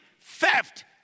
theft